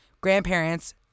Grandparents